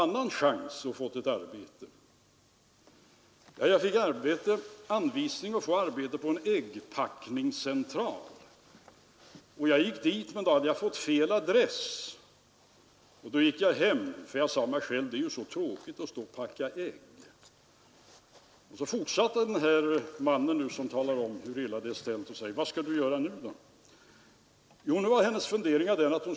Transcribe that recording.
Han bekände sin trohet till centerns regionalprogram, uttalade sin olust över att befolkningen i Stockholms län och i de större städerna ökar för mycket och förklarade att ortsklassificeringen är felaktig. Han vill ha en decentralisering av aktiviteterna.